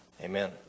Amen